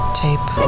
tape